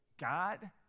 God